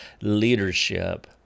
leadership